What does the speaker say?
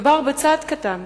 מדובר בצעד קטן